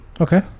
Okay